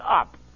up